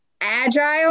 agile